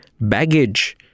baggage